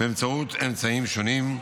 באמצעים שונים,